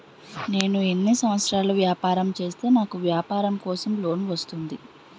నేను ఎన్ని సంవత్సరాలు వ్యాపారం చేస్తే నాకు వ్యాపారం కోసం లోన్ వస్తుంది?